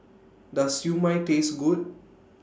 Does Siew Mai Taste Good